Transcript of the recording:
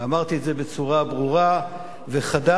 אמרתי את זה בצורה ברורה וחדה,